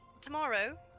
tomorrow